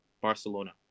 Barcelona